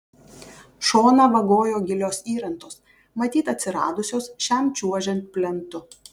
šoną vagojo gilios įrantos matyt atsiradusios šiam čiuožiant plentu